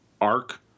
arc